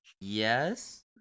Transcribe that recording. yes